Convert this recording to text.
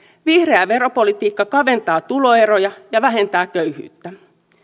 vihreä veropolitiikka kaventaa tuloeroja ja vähentää köyhyyttä